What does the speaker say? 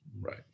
right